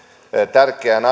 tärkeään